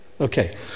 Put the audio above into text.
Okay